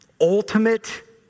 ultimate